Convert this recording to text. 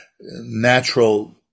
natural